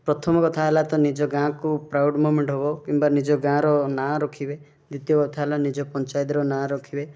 ପ୍ରଥମ କଥା ହେଲା ତ ନିଜ ଗାଁ କୁ ପ୍ରାଉଡ଼୍ ମୋମେଣ୍ଟ୍ ହେବ କିମ୍ବା ନିଜ ଗାଁର ନାଁ ରଖିବେ ଦ୍ୱିତୀୟ କଥା ହେଲା ନିଜ ପଞ୍ଚାୟତର ନାଁ ରଖିବେ